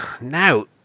Now